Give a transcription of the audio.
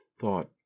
thought